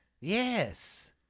Yes